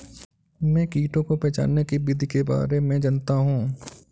मैं कीटों को पहचानने की विधि के बारे में जनता हूँ